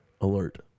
Alert